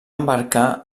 embarcar